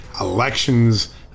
elections